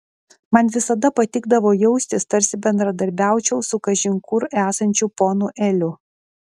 man visada patikdavo jaustis tarsi bendradarbiaučiau su kažin kur esančiu ponu eliu